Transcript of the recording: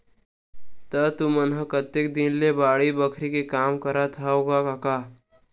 त तुमन ह कतेक दिन ले बाड़ी बखरी के काम ल करत हँव कका?